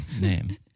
name